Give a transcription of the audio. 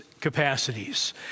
capacities